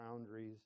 boundaries